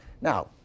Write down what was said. Now